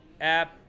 app